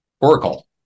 oracle